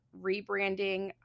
rebranding